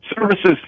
services